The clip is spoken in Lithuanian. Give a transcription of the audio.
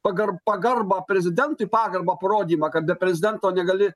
pagarba pagarba prezidentui pagarbą parodymą kad be prezidento negali